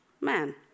man